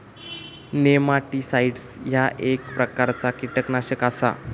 nematicides ह्या एक प्रकारचा कीटकनाशक आसा